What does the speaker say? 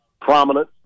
prominent